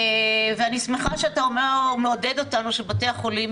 ואני שמחה שאתה מעודד אותנו שבתי החולים